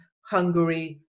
Hungary